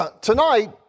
tonight